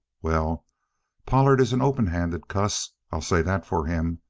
well pollard is an open-handed cuss, i'll say that for him,